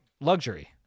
luxury